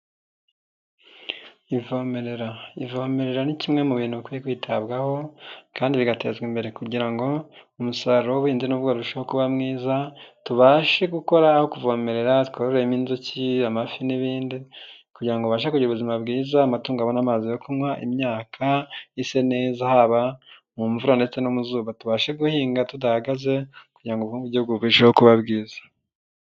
Ivomerera, ivomerera ni kimwe mu bintu bikwiye kwitabwaho kandi bigatezwa imbere kugira ngo umusaruro w'ubuhinzi n'ubworozi burusheho kuba mwiza tubashe gukora kuvomerera twororemo inzuki, amafi n'ibindi kugira ngo ubashe kugira ubuzima bwiza amatungo abona amazi yo kunywa imyaka ise neza haba mu mvura ndetse no mu zuba tubashe guhinga tudahagaze kugira ngo ubukungu bw'igihugu burusheho kuba bwiza.